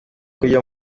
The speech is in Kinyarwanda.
kurya